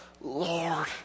Lord